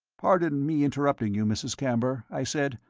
pardon me interrupting you, mrs. camber, i said,